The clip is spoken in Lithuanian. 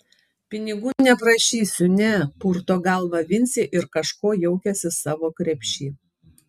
pinigų neprašysiu ne purto galvą vincė ir kažko jaukiasi savo krepšy